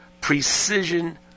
precision